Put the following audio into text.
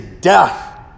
death